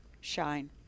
shine